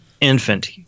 infant